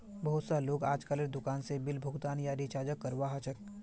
बहुत स लोग अजकालेर दुकान स बिल भुगतान या रीचार्जक करवा ह छेक